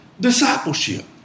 discipleship